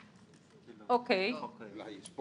אדוני, אם החוק יישאר